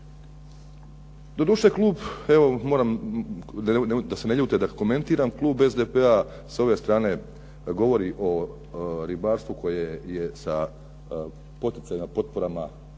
Doduše klub, evo moram, da se ne ljute da komentiram, klub SDP-a s ove strane govori o ribarstvu koje je sa poticajnim potporama